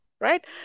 Right